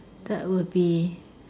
that would be